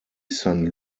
san